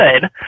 good